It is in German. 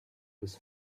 bis